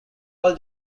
all